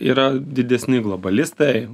yra didesni globalistai